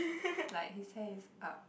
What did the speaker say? like his hair is up